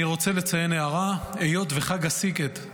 אני רוצה לציין בהערה: היות שחג הסיגד,